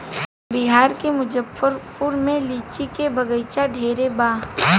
बिहार के मुजफ्फरपुर में लीची के बगइचा ढेरे बा